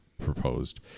proposed